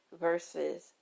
versus